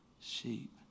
sheep